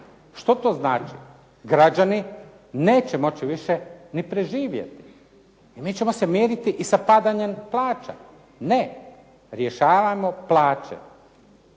Što to znači? Građani neće moći više ni preživjeti i mi ćemo se miriti i sa padanjem plaća. Ne. Rješavamo plaće